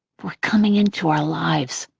for coming into our lives.